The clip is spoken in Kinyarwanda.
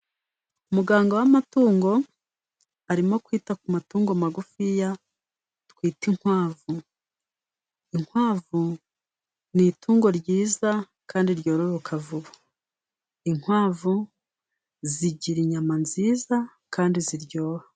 Muganga w'amatungo arimo kwita ku matungo magufiya twita inkwavu . Inkwavu ni itungo ryiza kandi ryororoka vuba . Inkwavu zigira inyama nziza kandi ziryoha.